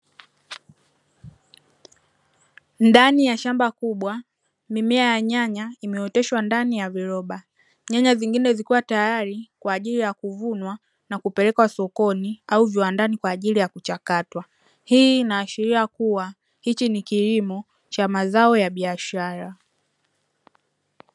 Ndani ya shamba kubwa, mimea ya nyanya imeoteshwa ndani ya viroba. Nyanya zingine zikiwa tayari kwa ajili ya kuvunwa na kupelekwa sokoni au viwandani kwa ajili ya kuchakatwa. Hii inaashiria kuwa hichi ni kilimo cha mazao ya biashara.